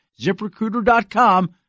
ZipRecruiter.com